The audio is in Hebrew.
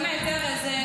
באמת, ארז.